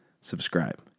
subscribe